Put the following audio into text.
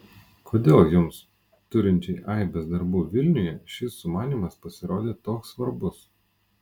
kodėl jums turinčiai aibes darbų vilniuje šis sumanymas pasirodė toks svarbus